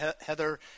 Heather